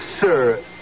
Sir